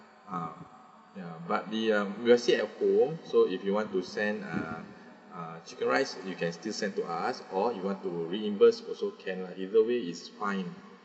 ah ya but the um we're still at home so if you want to send uh uh chicken rice you can still send to us or you want to reimburse also can lah either way is fine